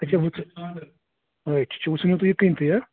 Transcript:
اَچھا وُنکٮ۪س رایِٹ ژٕ ژھُنکھ یہِ کٕنۍتھٕے